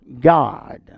God